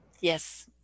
Yes